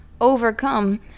overcome